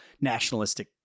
nationalistic